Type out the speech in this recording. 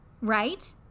right